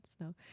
no